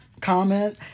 Comment